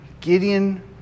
Gideon